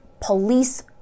police